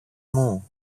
μου